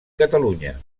catalunya